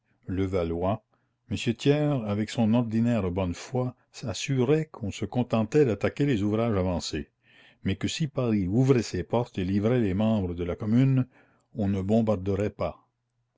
m thiers avec son ordinaire bonne foi assurait qu'on se contentait d'attaquer les ouvrages avancés mais que si paris ouvrait ses portes et livrait les membres de la commune on ne bombarderait pas